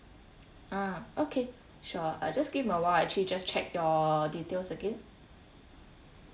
ah okay sure uh just give me a while actually just check your details again